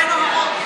אבל יש הרבה נוהרות.